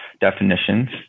definitions